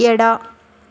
ಎಡ